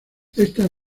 estas